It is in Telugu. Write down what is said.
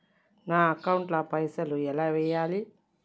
నా అకౌంట్ ల పైసల్ ఎలా వేయాలి?